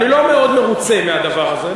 אני לא מאוד מרוצה מהדבר הזה.